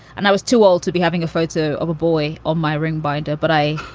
and i was too old to be having a photo of a boy on my ring binder. but i,